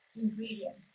ingredient